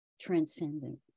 transcendent